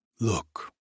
Look